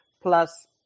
plus